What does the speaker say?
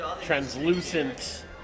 translucent